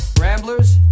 Ramblers